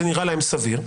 זה נראה להם סביר,